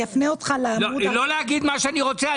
לא להגיד מה שאני רוצה?